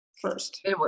first